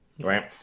right